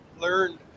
learned